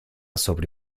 sobre